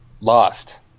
lost